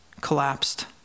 collapsed